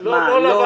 זה לא לוועדה,